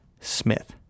Smith